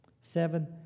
seven